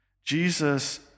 Jesus